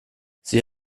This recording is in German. sie